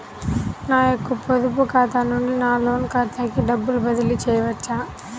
నా యొక్క పొదుపు ఖాతా నుండి నా లోన్ ఖాతాకి డబ్బులు బదిలీ చేయవచ్చా?